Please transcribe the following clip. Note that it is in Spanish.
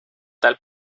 tal